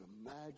imagine